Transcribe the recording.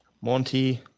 Monty